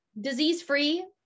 Disease-free